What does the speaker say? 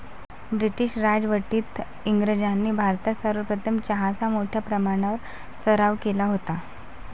British राजवटीत इंग्रजांनी भारतात सर्वप्रथम चहाचा मोठ्या प्रमाणावर सराव केला होता